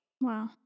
Wow